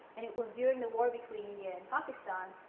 and it was during the war between india and pakistan.